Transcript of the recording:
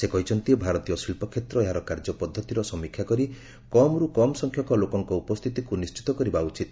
ସେ କହିଛନ୍ତି ଭାରତୀୟ ଶିଳ୍ପକ୍ଷେତ୍ର ଏହାର କାର୍ଯ୍ୟ ପଦ୍ଧତିର ସମୀକ୍ଷା କରି କମ୍ରୁ କମ୍ ସଂଖ୍ୟକ ଲୋକଙ୍କ ଉପସ୍ଥିତିକୁ ନିଶ୍ଚିତ କରିବା ଉଚିତ